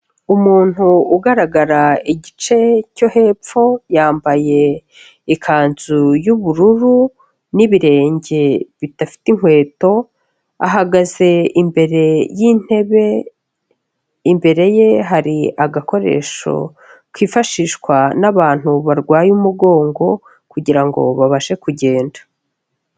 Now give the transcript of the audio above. Umuntu ugaragara igice cyo hepfo yambaye ikanzu y'ubururu n'ibirenge bidafite inkweto, ahagaze imbere y'intebe, imbere ye hari agakoresho kifashishwa n'abantu barwaye umugongo kugira ngo babashe kugenda.